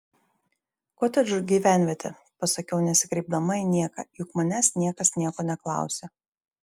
kotedžų gyvenvietė pasakiau nesikreipdama į nieką juk manęs niekas nieko neklausė